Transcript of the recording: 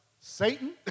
Satan